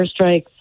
airstrikes